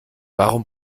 warum